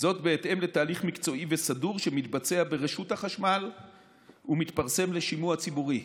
בהתאם לתהליך מקצועי וסדור שמתבצע ברשות החשמל ומתפרסם לשימוע ציבורי.